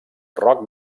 roc